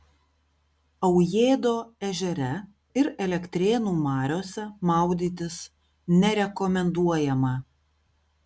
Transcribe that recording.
aujėdo ežere ir elektrėnų mariose maudytis nerekomenduojama